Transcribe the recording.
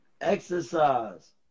Exercise